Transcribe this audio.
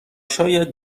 شاید